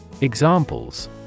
Examples